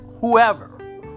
whoever